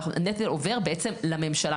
הנטל עובר בעצם לממשלה.